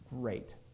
great